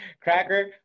Cracker